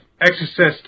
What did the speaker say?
Exorcist